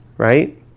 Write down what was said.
right